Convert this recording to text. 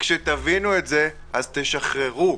כשתבינו את זה, תשחררו.